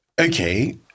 Okay